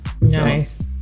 Nice